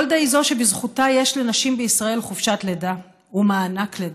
גולדה היא זו שבזכותה יש לנשים בישראל חופשת לידה ומענק לידה.